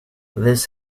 this